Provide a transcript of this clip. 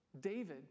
David